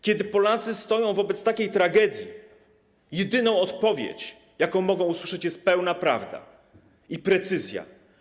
Kiedy Polacy stoją wobec takiej tragedii, jedyną odpowiedzią, jaką mogą usłyszeć, jest pełna prawda i precyzja.